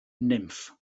nymff